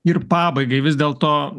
ir pabaigai vis dėl to